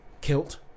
kilt